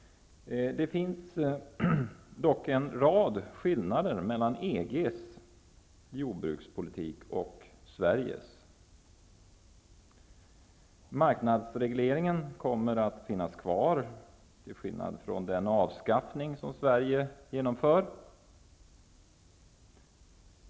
Det finns dock en rad skillnader mellan EG:s och -- Marknadsregleringen kommer att finnas kvar, till skillnad från det avskaffande som Sverige genomför.